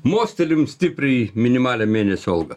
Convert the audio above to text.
mostelim stipriai minimalią mėnesio algą